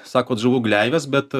sakot žuvų gleivės bet